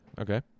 Okay